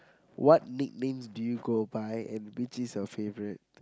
what nicknames do you go by and which is your favourite